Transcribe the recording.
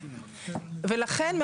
ולכן,